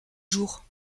jours